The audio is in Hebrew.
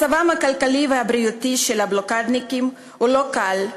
מצבם הכלכלי והבריאותי של הבלוקדניקים הוא לא קל.